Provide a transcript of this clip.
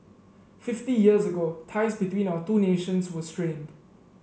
fifty years ago ties between our two nations were strained